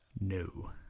No